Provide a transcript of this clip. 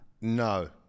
No